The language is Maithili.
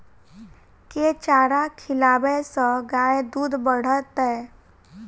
केँ चारा खिलाबै सँ गाय दुध बढ़तै?